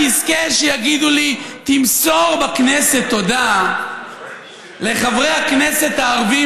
מתי אני אזכה שיגידו לי: תמסור בכנסת תודה לחברי הכנסת הערבים